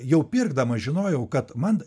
jau pirkdamas žinojau kad man